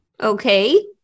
Okay